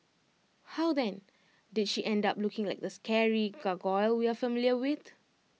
how then did she end up looking like the scary gargoyle we are familiar with